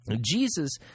Jesus